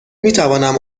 میتوانم